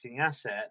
asset